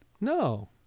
No